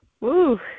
Woo